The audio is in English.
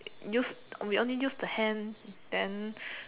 use we only use the hand then